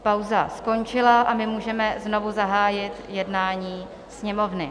Pauza skončila a my můžeme znovu zahájit jednání Sněmovny.